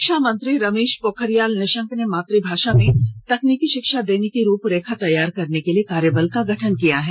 शिक्षा मंत्री रमेश पोखरियाल निशंक ने मात भाषा में तकनीकी शिक्षा देने की रूपरेखा तैयार करने के लिए कार्यबल का गठन किया है